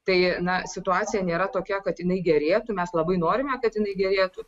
tai na situacija nėra tokia kad jinai gerėtų mes labai norime kad jinai gerėtų